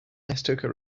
nestucca